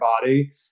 body